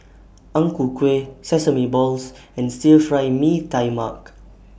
Ang Ku Kueh Sesame Balls and Stir Fry Mee Tai Mak